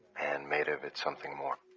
and made of it something more.